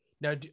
now